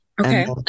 Okay